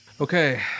Okay